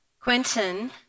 Quentin